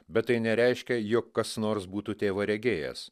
bet tai nereiškia jog kas nors būtų tėvą regėjęs